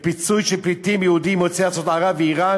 ופיצוי של פליטים יהודים יוצאי ארצות ערב ואיראן